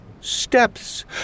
Steps